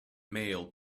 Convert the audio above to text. mail